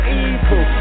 evil